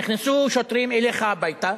נכנסו שוטרים אליך הביתה,